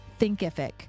thinkific